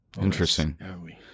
Interesting